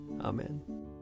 Amen